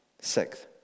Sixth